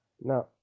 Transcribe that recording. now